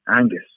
Angus